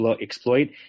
exploit